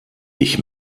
ich